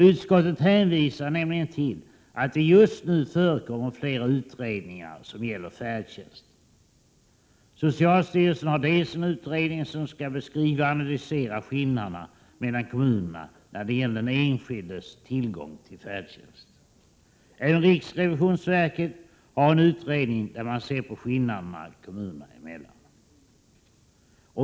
Utskottet hänvisar nämligen till att det just nu förekommer flera utredningar som gäller färdtjänsten. Bl.a. har socialstyrelsen en utredning som skall beskriva och analysera skillnaderna mellan kommunerna när det gäller den enskildes tillgång till färdtjänst. Även riksrevisionsverket har en utredning där man ser på skillnaderna kommunerna emellan.